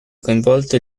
coinvolto